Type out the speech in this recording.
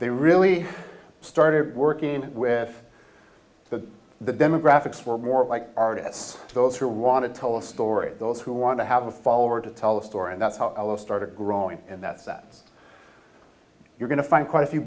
they really started working with the the demographics were more like artists those who want to tell a story those who want to have a follower to tell a story and that's how i started growing and that's that you're going to find quite a few